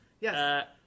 Yes